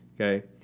Okay